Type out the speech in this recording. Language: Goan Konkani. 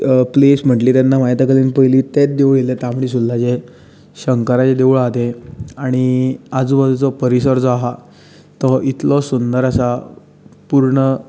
प्लेस म्हटली तेन्ना म्हाजे तकलेंत पयलीं तेंच देवूळ आयलें तांबडी सुर्ला जें शंकराचें देवूळ आहा तें आनी आजुबाजूचो परिसर जो आहा तो इतलो सुंदर आसा पूर्ण